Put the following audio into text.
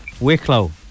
Wicklow